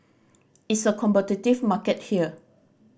it's a competitive market here